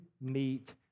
meet